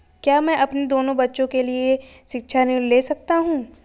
क्या मैं अपने दोनों बच्चों के लिए शिक्षा ऋण ले सकता हूँ?